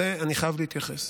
לזה אני חייב להתייחס.